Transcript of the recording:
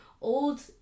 old